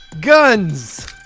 Guns